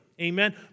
amen